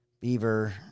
Beaver